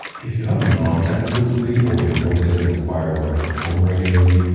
if you have a non-technical degree or your work doesn't require work from home regularly,